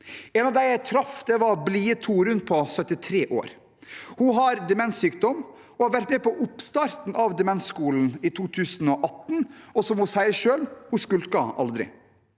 En av dem jeg traff, var blide Torunn på 73 år. Hun har demenssykdom og har vært med siden oppstarten av Demensskolen i 2018, og som hun sier selv: Hun skulker aldri.